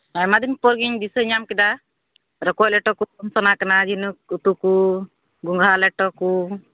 ᱟᱭᱢᱟ ᱫᱤᱱ ᱯᱚᱨ ᱜᱤᱧ ᱫᱤᱥᱟᱹ ᱧᱟᱢ ᱠᱮᱫᱟ ᱨᱚᱠᱚᱡ ᱞᱮᱴᱚ ᱠᱚ ᱡᱚᱢ ᱥᱟᱱᱟ ᱠᱟᱱᱟ ᱡᱷᱤᱱᱩᱠ ᱩᱛᱩ ᱠᱚ ᱜᱚᱸᱜᱷᱟ ᱞᱮᱴᱚ ᱠᱚ